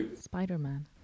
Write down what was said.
spider-man